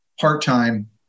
part-time